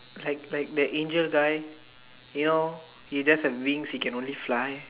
like like the Angel guy you know he just have wings he can only fly